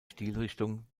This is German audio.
stilrichtung